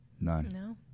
None